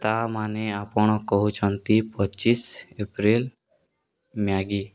ତା' ମାନେ ଆପଣ କହୁଛନ୍ତି ପଚିଶ ଏପ୍ରିଲ୍ ମ୍ୟାଗି